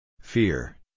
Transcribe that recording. Fear